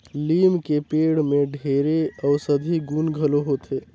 लीम के पेड़ में ढेरे अउसधी गुन घलो होथे